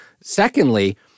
Secondly